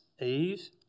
Eve